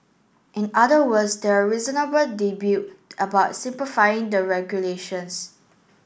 in other words there're reasonable debut about simplifying the regulations